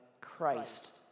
Christ